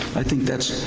i think that's,